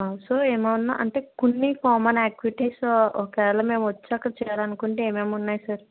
also ఏమన్నా అంటే కొన్ని కామన్ యాక్టివిటీస్ ఒకవేళ మేము వచ్చాక చేయాలనుకుంటే ఏమేం ఉన్నాయి సార్